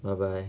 bye bye